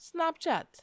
Snapchat